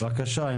בבקשה ענבר.